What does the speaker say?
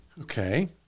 okay